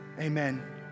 Amen